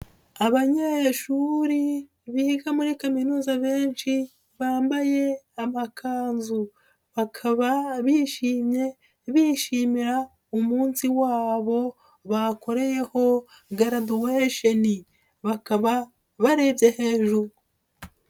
Abanyeshuri biga muri kaminuza benshi bambaye amakanzu bakaba bishimye bishimira umunsi wabo bakoreyeho garaduwesheni bakaba barebye hejuru.